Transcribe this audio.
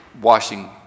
washing